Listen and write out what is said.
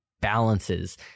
balances